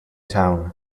town